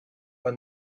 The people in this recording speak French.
von